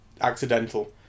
accidental